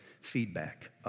feedback